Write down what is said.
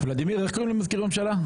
--- ולדימיר, איך קוראים למזכיר הממשלה.